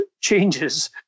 changes